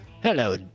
Hello